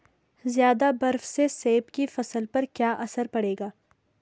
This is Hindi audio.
ज़्यादा बर्फ से सेब की फसल पर क्या असर पड़ेगा?